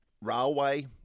railway